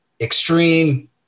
Extreme